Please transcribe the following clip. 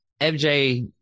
MJ